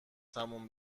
تموم